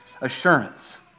assurance